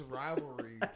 rivalry